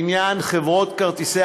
את הצעת החוק שלי בעניין חברות כרטיסי